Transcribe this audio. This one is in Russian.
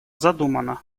задумана